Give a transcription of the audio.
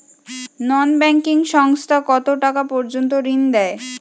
নন banking সংস্থা কতটাকা পর্যন্ত ঋণ দেয়?